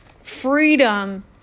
freedom